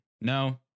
no